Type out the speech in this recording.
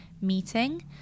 meeting